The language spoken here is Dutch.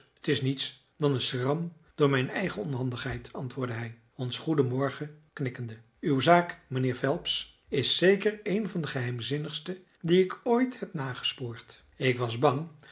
t is niets dan een schram door mijn eigen onhandigheid antwoordde hij ons goeden morgen knikkende uw zaak mijnheer phelps is zeker een van de geheimzinnigste die ik ooit heb nagespoord ik was bang